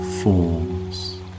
forms